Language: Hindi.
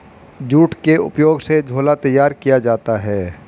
जूट के उपयोग से झोला तैयार किया जाता है